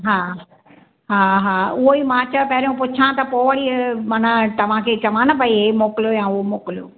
हा हा हा उहो ई मां चयो पहिरियों ई पुछां त पोइ वरी माना तव्हांखे चवां न भई इहे मोकिलियो या उहो मोकिलियो